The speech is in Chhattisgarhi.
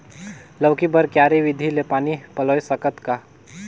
लौकी बर क्यारी विधि ले पानी पलोय सकत का?